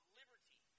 liberty